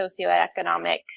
socioeconomic